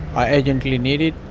i urgently need it.